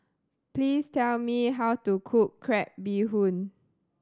please tell me how to cook crab bee hoon